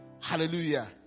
Hallelujah